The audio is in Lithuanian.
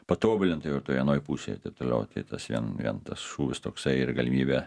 patobulinta jau ir toj anoj pusėj ir taip toliau tai tas vien vien tas šūvis toksai ir galimybė